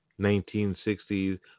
1960s